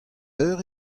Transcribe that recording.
eur